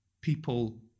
people